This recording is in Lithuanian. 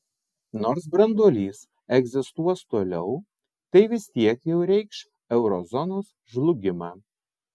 nors branduolys egzistuos toliau tai vis tiek jau reikš euro zonos žlugimą